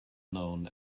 known